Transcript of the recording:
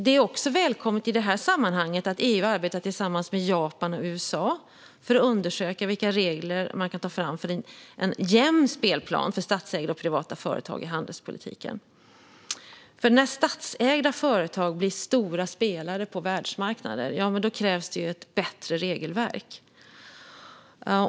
Det är i detta sammanhang också välkommet att EU arbetar tillsammans med Japan och USA för att undersöka vilka regler man kan ta fram för en jämn spelplan för statsägda och privata företag i handelspolitiken. När statsägda företag blir stora spelare på världsmarknader krävs det ett bättre regelverk.